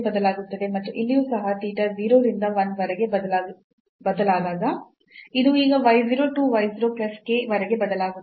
ಮತ್ತು ಇಲ್ಲಿಯೂ ಸಹ ಥೀಟಾ 0 ರಿಂದ 1 ವರೆಗೆ ಬದಲಾದಾಗ ಇದು ಈಗ y 0 to y 0 plus k ವರೆಗೆ ಬದಲಾಗುತ್ತದೆ